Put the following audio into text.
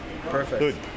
Perfect